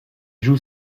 joue